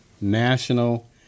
national